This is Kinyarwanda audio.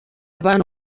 abantu